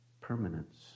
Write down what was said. permanence